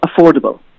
affordable